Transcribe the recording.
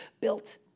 built